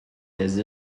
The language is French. des